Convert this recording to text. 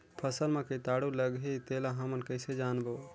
फसल मा कीटाणु लगही तेला हमन कइसे जानबो?